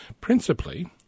principally